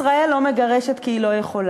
ישראל לא מגרשת כי היא לא יכולה.